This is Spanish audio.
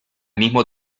mismo